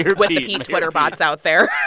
with the pete twitter bots out there